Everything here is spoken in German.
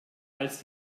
als